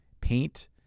paint